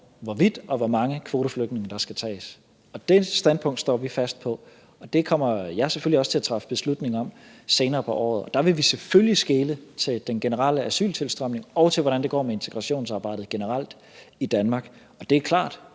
hvorvidt og hvor mange kvoteflygtninge der skal tages. Det standpunkt står vi fast på. Det kommer jeg selvfølgelig også til at træffe beslutning om senere på året. Der vil vi selvfølgelig skele til den generelle asyltilstrømning og til, hvordan det går med integrationsarbejdet generelt i Danmark. Det er klart,